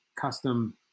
custom